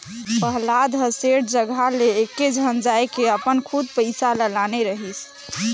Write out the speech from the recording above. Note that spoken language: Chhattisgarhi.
पहलाद ह सेठ जघा ले एकेझन जायके अपन खुद पइसा ल लाने रहिस